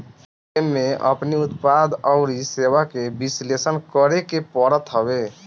एमे अपनी उत्पाद अउरी सेवा के विश्लेषण करेके पड़त हवे